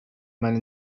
meine